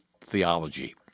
theology